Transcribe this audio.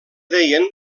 deien